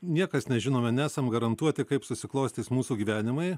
niekas nežinome nesam garantuoti kaip susiklostys mūsų gyvenimai